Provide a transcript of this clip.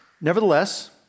Nevertheless